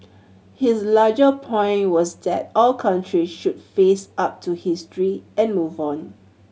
his larger point was that all country should face up to history and move on